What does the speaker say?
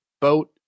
boat